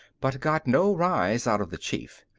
but got no rise out of the chief.